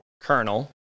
Colonel